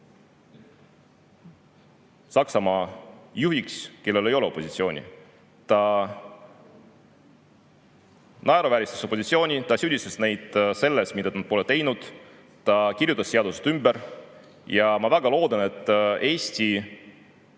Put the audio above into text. Saksamaa juhiks, kellel ei ole opositsiooni? Ta naeruvääristas opositsiooni, ta süüdistas neid selles, mida nad pole teinud, ta kirjutas seadused ümber. Ja ma väga loodan, et Eesti